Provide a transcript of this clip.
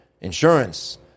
insurance